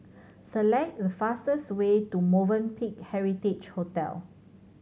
select the fastest way to Movenpick Heritage Hotel